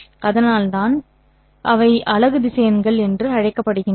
அதனால்தான் இவை அலகு திசையன்கள் என்று அழைக்கப்படுகின்றன